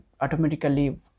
automatically